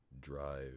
drive